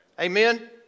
Amen